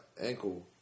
ankle